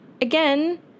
again